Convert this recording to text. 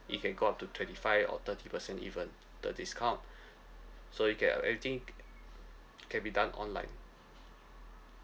it can go up to twenty five or thirty percent even the discount so you can uh everything c~ can be done online